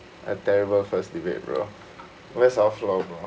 a terrible first debate bro where's our flow bro